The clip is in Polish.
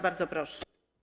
Bardzo proszę.